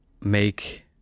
make